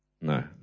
No